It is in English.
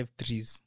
threes